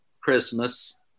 Christmas